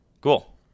Cool